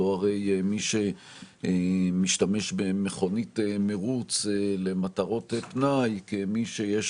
כי לא הרי מי שמשתמש במכונית מרוץ למטרות פנאי כמי שיש